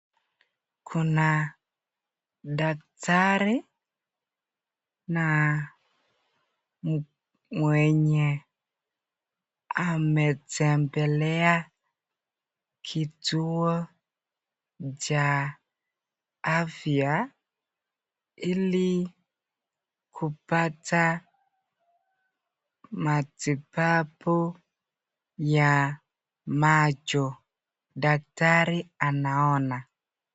Kuna daktari na mwenye ametembelea kituo cha afya ili kupata matibabu ya macho. Daktari anaona.